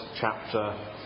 chapter